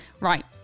Right